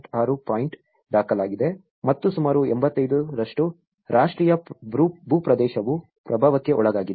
6 point ದಾಖಲಾಗಿದೆ ಮತ್ತು ಸುಮಾರು 85 ರಾಷ್ಟ್ರೀಯ ಭೂಪ್ರದೇಶವು ಪ್ರಭಾವಕ್ಕೆ ಒಳಗಾಗಿದೆ